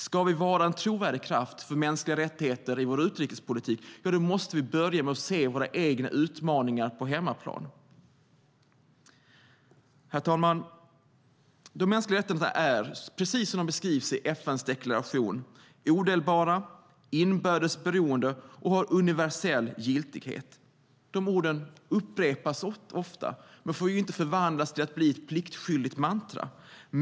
Ska vi vara en trovärdig kraft för mänskliga rättigheter i vår utrikespolitik måste vi börja med att se våra egna utmaningar på hemmaplan. Herr talman! De mänskliga rättigheterna är, precis som de beskrivs i FN:s deklaration, odelbara, inbördes beroende och har universell giltighet. De orden upprepas ofta. Men de får inte förvandlas till att bli ett pliktskyldigt mantra.